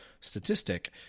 statistic